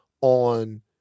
on